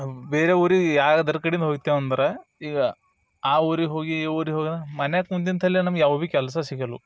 ಬೇರೆ ಊರಿಗ್ ಯಾವ್ದರ ಕಡಿಂದ ಹೋಯ್ತೆವೆ ಅಂದ್ರೆ ಈಗ ಆ ಊರಿಗೆ ಹೋಗಿ ಈ ಊರಿಗೆ ಹೋಗಂದ್ರೆ ಮನೆಗೆ ಕೂತಿಂದ್ತಲೆ ನಮ್ಗೆ ಯಾವ ಭಿ ಕೆಲಸ ಸಿಗಲ್ವು